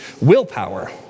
willpower